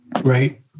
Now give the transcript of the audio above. Right